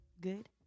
good